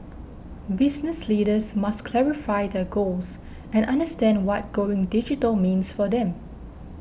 business leaders must clarify their goals and understand what going digital means for them